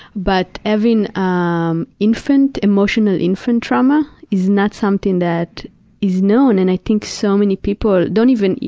but having um infant, emotional infant trauma is not something that is known, and i think so many people don't even,